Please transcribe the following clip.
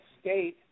state